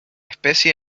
especie